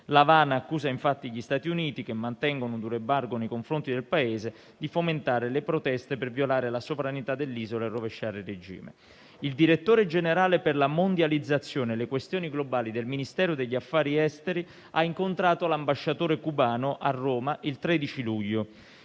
L'Avana accusa infatti gli Stati Uniti, che mantengono un duro embargo nei confronti del Paese, di fomentare le proteste per violare la sovranità dell'isola e rovesciare il regime. Il Direttore generale per la mondializzazione e le questioni globali del Ministero degli affari esteri ha incontrato l'ambasciatore cubano a Roma il 13 luglio.